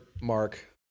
Mark